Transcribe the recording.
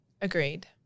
Agreed